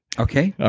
okay.